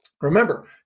Remember